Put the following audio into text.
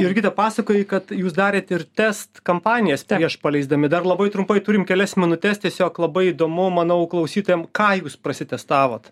jurgita pasakojai kad jūs darėt ir test kampanijas prieš paleisdami dar labai trumpai turim kelias minutes tiesiog labai įdomu manau klausytojam ką jūs prasitestavot